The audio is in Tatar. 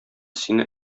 сине